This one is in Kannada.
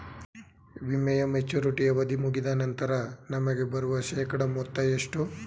ವಿಮೆಯ ಮೆಚುರಿಟಿ ಅವಧಿ ಮುಗಿದ ನಂತರ ನಮಗೆ ಬರುವ ಶೇಕಡಾ ಮೊತ್ತ ಎಷ್ಟು?